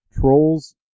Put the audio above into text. Trolls